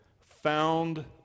found